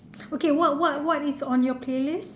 okay what what is on your playlist